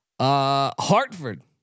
Hartford